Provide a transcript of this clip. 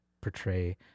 portray